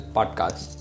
Podcast